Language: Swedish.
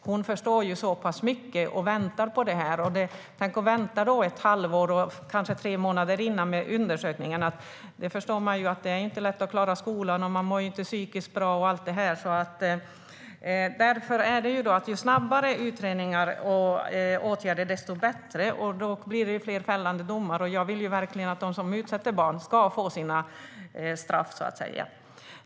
Hon förstår så pass mycket och väntar på det här. Tänk att vänta i ett halvår, och kanske tre månader innan med undersökningen! Det förstår man ju att det inte är lätt att klara skolan och att hon inte mår psykiskt bra. Ju snabbare utredningar och åtgärder desto bättre, alltså. Då blir det även fler fällande domar, och jag vill verkligen att de som utsätter barn ska få sina straff.